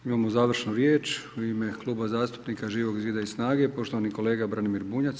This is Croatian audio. Imamo završnu riječ u ime Kluba zastupnika Živog zida i SNAGA-e poštovani kolega Branimir Bunjac.